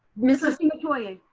mrs. metoyer.